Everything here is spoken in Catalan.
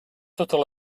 totes